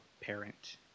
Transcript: parent